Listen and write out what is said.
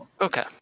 okay